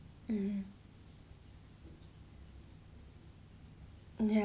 mmhmm ya